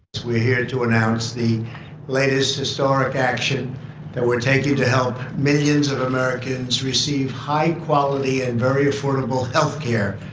we're here to announce the latest historic action that we're taking to help millions of americans receive high quality and very affordable health care.